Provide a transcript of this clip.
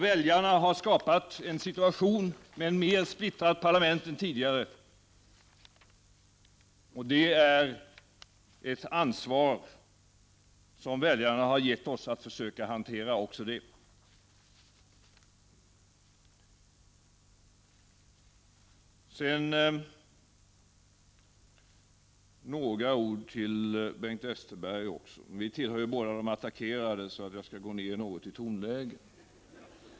Väljarna har skapat en situation med ett mer splittrat parlament än tidigare, och väljarna har gett oss ansvaret att även få hantera denna situation. Några ord till Bengt Westerberg. Vi tillhör båda de attackerade, så därför skall jag gå ner något i tonläge.